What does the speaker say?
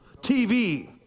TV